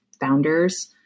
founders